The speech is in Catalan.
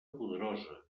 poderosa